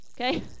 okay